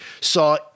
saw